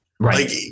Right